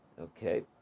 Okay